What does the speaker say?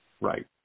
Right